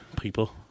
people